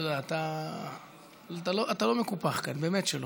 יהודה, אתה לא מקופח כאן, באמת שלא.